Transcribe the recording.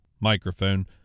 microphone